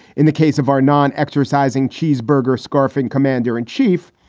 in the case of our non exercising cheeseburger scarfing commander in chief,